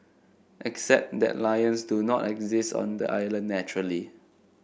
except that lions do not exist on the island naturally